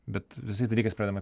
bet visais dalykais pradedama